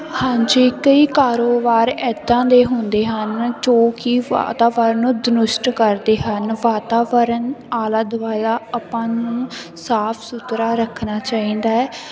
ਹਾਂਜੀ ਕਈ ਕਾਰੋਬਾਰ ਇਦਾਂ ਦੇ ਹੁੰਦੇ ਹਨ ਜੋ ਕੀ ਵਾਤਾਵਰਨ ਨੂੰ ਧਨੁਸ਼ਟ ਕਰਦੇ ਹਨ ਵਾਤਾਵਰਨ ਆਲਾ ਦੁਆਲਾ ਆਪਾਂ ਨੂੰ ਸਾਫ ਸੁਥਰਾ ਰੱਖਣਾ ਚਾਹੀਦਾ ਹੈ